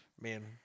Man